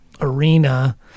arena